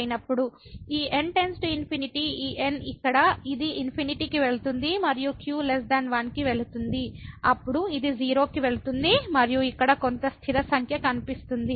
ఈ n →∞ ఈ n ఇక్కడ అది ఇన్ఫినిటీ కి వెళ్తుంది మరియు q 1 కి వెళుతుంది అప్పుడు ఇది 0 కి వెళుతుంది మరియు ఇక్కడ కొంత స్థిర సంఖ్య కనిపిస్తుంది